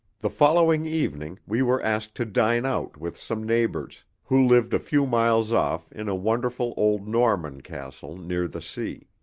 the following evening we were asked to dine out with some neighbours, who lived a few miles off in a wonderful old norman castle near the sea.